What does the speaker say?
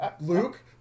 Luke